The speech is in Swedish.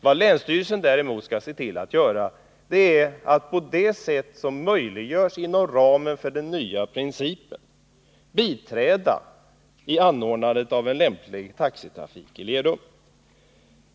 Vad länsstyrelsen däremot skall se till att göra är att på det sätt som är möjligt inom ramen för den nya principen biträda i anordnandet av en lämplig taxitrafik i Lerum.